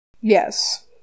Yes